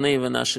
יקרים שלנו,